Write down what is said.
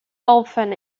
often